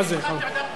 יש לך תעודת בגרות,